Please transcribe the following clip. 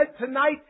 tonight